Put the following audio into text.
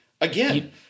again